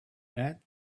add